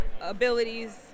abilities